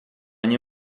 nie